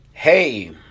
Hey